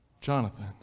Jonathan